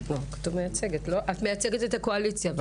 את מייצגת את הקואליציה?